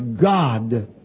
God